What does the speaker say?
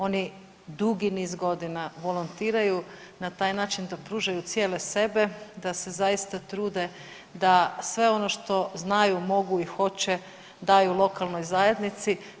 Oni dugi niz godina volontiraju na taj način da pružaju cijele sebe, da se zaista trude da sve ono što znaju, mogu i hoće daju lokalnoj zajednici.